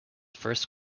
first